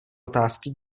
otázky